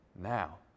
now